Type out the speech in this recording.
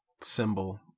symbol